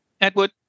Edward